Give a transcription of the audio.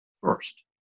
first